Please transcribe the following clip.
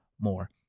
more